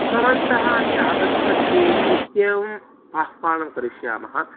भवन्तः अपि आगच्छन्तु इत्येवम् आह्वानं करिष्यामः